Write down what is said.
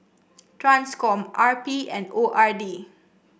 Transcom R P and O R D